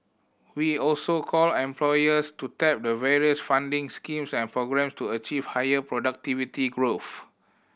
we also call employers to tap the various funding schemes and programme to achieve higher productivity growth